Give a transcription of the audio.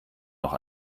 noch